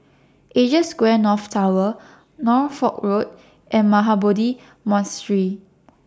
Asia Square North Tower Norfolk Road and Mahabodhi Monastery